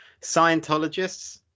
Scientologists